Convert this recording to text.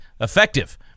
effective